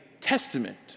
testament